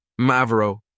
Mavro